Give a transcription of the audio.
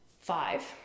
Five